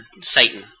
Satan